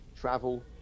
travel